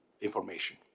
information